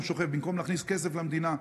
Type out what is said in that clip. הוא שוכב במקום להכניס כסף למדינה,